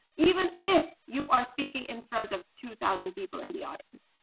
even if you are speaking in front of two thousand people in the audience.